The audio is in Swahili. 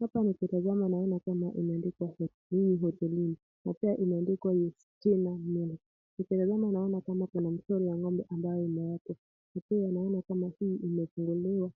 Haoa nikitazama naona imendikwa hotelini na pia imeandikwa it's Tina milk. Nikitazama naona kama kuna buchari ya ng'ombe ambayo imefunguliwa